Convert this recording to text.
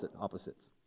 opposites